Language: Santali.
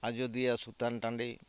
ᱟᱡᱳᱫᱤᱭᱟᱹ ᱥᱩᱛᱟᱹᱱ ᱴᱟᱺᱰᱤ